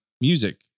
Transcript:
Music